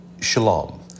Shalom